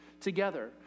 together